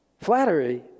Flattery